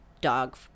dog